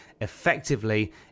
effectively